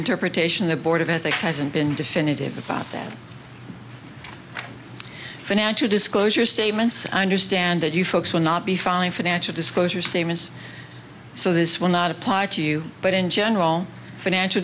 interpretation the board of ethics hasn't been definitive about that financial disclosure statements i understand that you folks will not be filing financial disclosure statements so this will not apply to you but in general financial